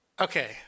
Okay